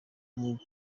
umuhinzi